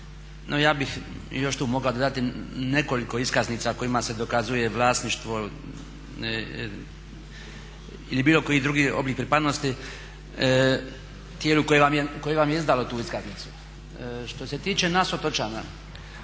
ja bih još tu mogao dodati nekoliko iskaznica kojima se dokazuje vlasništvo ili bilo koji drugi oblik pripadnosti tijelu koje vam je izdalo tu iskaznicu. Što se tiče nas otočana